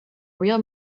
real